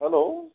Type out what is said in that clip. hello